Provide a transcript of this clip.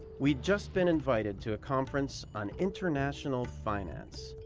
we'd just been invited to a conference on international finance.